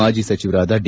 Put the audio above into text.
ಮಾಜಿ ಸಚಿವರಾದ ಡಿ